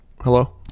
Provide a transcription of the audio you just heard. Hello